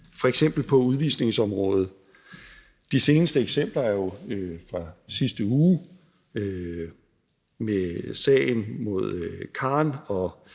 f.eks. på udvisningsområdet. De seneste eksempler er jo fra sidste uge med sagen mod Khan og